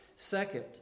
Second